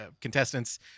contestants